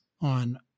on